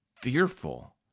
fearful